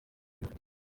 umukino